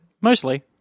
mostly